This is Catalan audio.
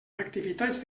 activitats